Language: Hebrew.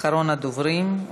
אחרון הדוברים.